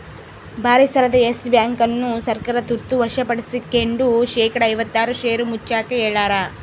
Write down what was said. ಭಾರಿಸಾಲದ Yes Bank ಅನ್ನು ಸರ್ಕಾರ ತುರ್ತ ವಶಪಡಿಸ್ಕೆಂಡು ಶೇಕಡಾ ಐವತ್ತಾರು ಷೇರು ಮುಚ್ಚಾಕ ಹೇಳ್ಯಾರ